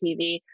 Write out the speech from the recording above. TV